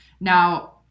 Now